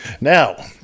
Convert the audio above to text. Now